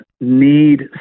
need